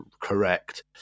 correct